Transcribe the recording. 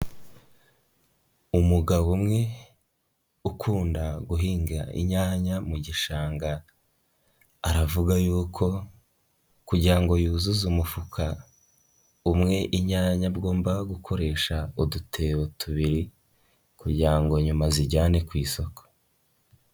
Umugabo umwe ukunda guhinga inyanya mu gishanga aravuga yuko kugira yuzuze umufuka umwe inyanya agomba gukoresha udutebo tubiri kugira ngo nyuma azijyane ku isoko.